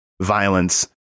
violence